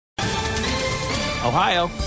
ohio